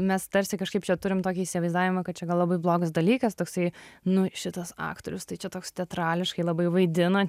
mes tarsi kažkaip čia turim tokį įsivaizdavimą kad čia gal labai blogas dalykas toksai nu šitas aktorius tai čia toks teatrališkai labai vaidina